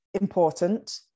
important